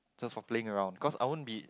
just for playing around because I won't be